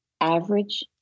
average